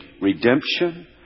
redemption